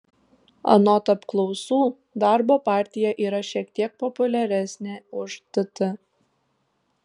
anot apklausų darbo partija yra šiek tiek populiaresnė už tt